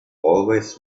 always